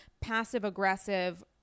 passive-aggressive